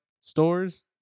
stores